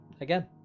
again